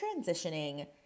transitioning